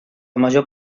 major